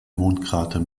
mondkrater